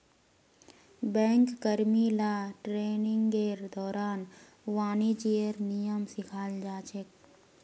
bank कर्मि ला ट्रेनिंगेर दौरान वाणिज्येर नियम सिखाल जा छेक